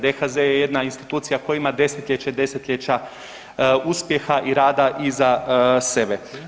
DHZ je jedna institucija koja ima desetljeća i desetljeća uspjeha i rada iza sebe.